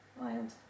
Wild